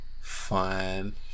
Fine